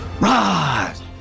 rise